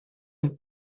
dem